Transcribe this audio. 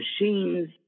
machines